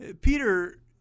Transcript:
Peter